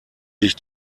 sich